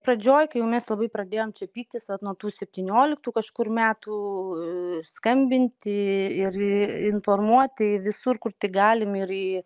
pradžioj kai jau mes labai pradėjom čia pyktis vat nuo tų septynioliktų kažkur metų skambinti ir informuoti visur kur tik galim ir į